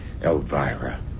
Elvira